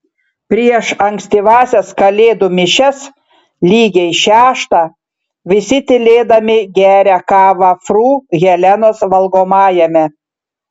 prieš ankstyvąsias kalėdų mišias lygiai šeštą visi tylėdami geria kavą fru helenos valgomajame